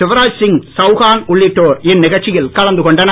சிவராஜ் சிங் சவுகான் உள்ளிட்டோர் இந்நிகழ்ச்சியில் கலந்து கொண்டனர்